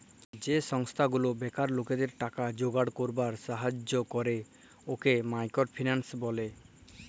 যে সংস্থা গুলা বেকার লকদের টাকা জুগাড় ক্যইরবার ছাহাজ্জ্য ক্যরে উয়াকে মাইকর ফিল্যাল্স ব্যলে